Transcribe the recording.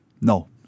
No